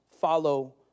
Follow